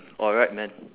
alright man